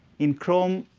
in chrome,